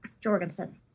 Jorgensen